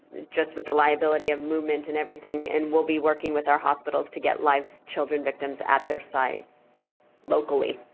just with the liability of movement and everything and we'll be working with our hospitals to get live children victims at their sites locally.